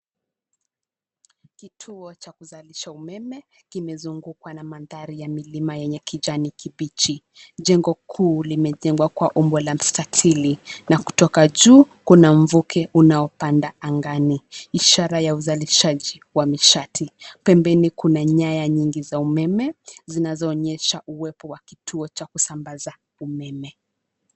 Kituo cha kuzalisha umeme kimezungukwa na manhari ya milima yenye kijani kibichi. Jengo kuu limejengwa kwa umbo la mstatili, na kutoka juu kuna mvuke unaopanda angani, ishara ya uzalishaji wa nishati. Pembeni kuna nyaya nyingi za umeme, zinazonyesha uwepo wa kituo cha kusambaza umeme.